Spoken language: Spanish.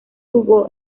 jugó